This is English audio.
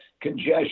congestion